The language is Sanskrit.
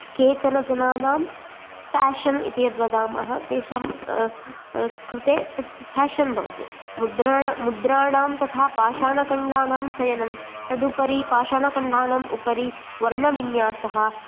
केचन जनानां पाशन् इति यद्वदामः तेषां कृते तत् पाशन् भवति मुद्रा मुद्राणां तथा पाषाणखण्डानां चयनं तदुपरि पाषाणखण्डानाम् उपरि वर्णविन्यासः